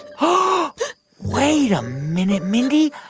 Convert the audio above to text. um ah wait a minute, mindy